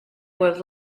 were